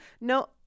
no